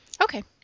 Okay